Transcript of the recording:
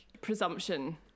presumption